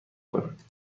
کند